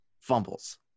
fumbles